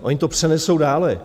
Oni to přenesou dále.